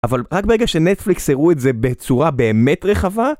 אבל רק ברגע שנטפליקס הראו את זה בצורה באמת רחבה